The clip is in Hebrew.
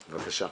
בבקשה.